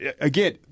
again